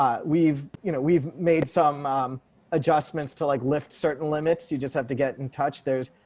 um we've you know we've made some adjustments to like lift certain limits. you just have to get in touch. there's